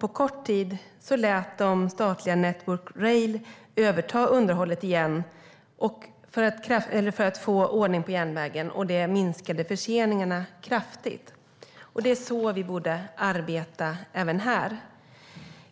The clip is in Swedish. På kort tid lät man statliga Network Rail överta underhållet igen för att få ordning på järnvägen. Det minskade förseningarna kraftigt. Det är så vi borde arbeta även här.